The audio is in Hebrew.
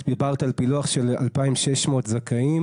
את דיברת על פילוח של 2,600 זכאים.